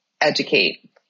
educate